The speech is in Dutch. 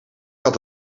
had